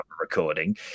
recording